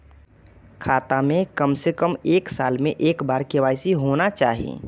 खाता में काम से कम एक साल में एक बार के.वाई.सी होना चाहि?